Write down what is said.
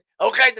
okay